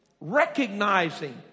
recognizing